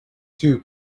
two